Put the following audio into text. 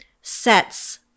sets